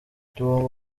tugomba